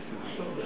עוד מעט יתעוררו.